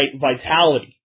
vitality